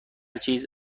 چیز